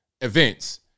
events